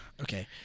Okay